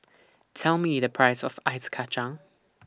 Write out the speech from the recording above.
Tell Me The Price of Ice Kacang